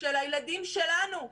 של הילדים שלנו.